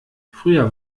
früher